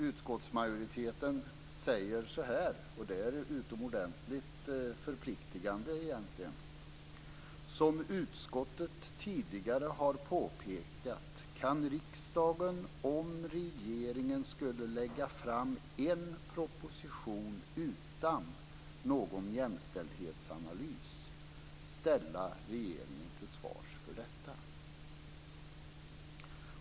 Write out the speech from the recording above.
Utskottsmajoriteten säger så här, och det är utomordentligt förpliktande: Som utskottet tidigare har påpekat kan riksdagen, om regeringen skulle lägga fram en proposition utan någon jämställdhetsanalys, ställa regeringen till svars för detta.